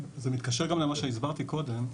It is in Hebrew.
זה מתקשר גם למה שהסברתי קודם,